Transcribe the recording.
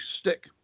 stick